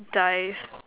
dice